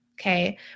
Okay